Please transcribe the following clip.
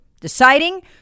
Deciding